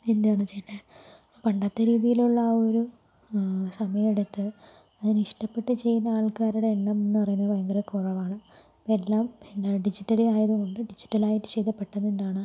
എന്താണ് ചെയ്യേണ്ടത് ആ പണ്ടത്തെ രീതിയിലുള്ള ആ ഒരു സമയമെടുത്ത് അതിനെ ഇഷ്ടപ്പെട്ട് ചെയ്യുന്ന ആൾക്കാരുടെ എണ്ണം എന്ന് പറയുന്നത് ഭയങ്കര കുറവാണ് ഇപ്പം എല്ലാം പിന്നെ ഡിജിറ്റലി ആയത് കൊണ്ട് ഡിജിറ്റൽ ആയിട്ട് ചെയ്താൽ പെട്ടെന്ന് എന്താണ്